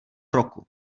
roku